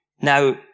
Now